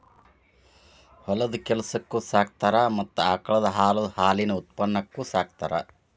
ಹೊಲದ ಕೆಲಸಕ್ಕು ಸಾಕತಾರ ಮತ್ತ ಆಕಳದ ಹಾಲು ಹಾಲಿನ ಉತ್ಪನ್ನಕ್ಕು ಸಾಕತಾರ